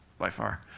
by far.